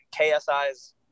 KSI's